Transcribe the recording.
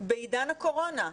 בעידן הקורונה,